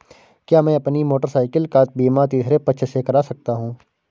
क्या मैं अपनी मोटरसाइकिल का बीमा तीसरे पक्ष से करा सकता हूँ?